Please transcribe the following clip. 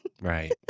Right